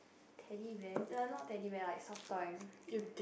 Teddy Bear like not Teddy Bear like soft toy